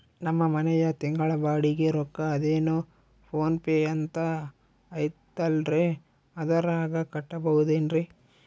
ನಮ್ಮ ಮನೆಯ ತಿಂಗಳ ಬಾಡಿಗೆ ರೊಕ್ಕ ಅದೇನೋ ಪೋನ್ ಪೇ ಅಂತಾ ಐತಲ್ರೇ ಅದರಾಗ ಕಟ್ಟಬಹುದೇನ್ರಿ?